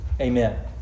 Amen